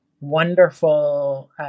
wonderful